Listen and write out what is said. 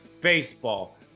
baseball